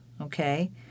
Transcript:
Okay